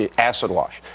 ah acid-wash.